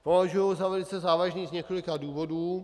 Považuji ho za velice závažný z několika důvodů.